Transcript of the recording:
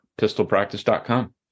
pistolpractice.com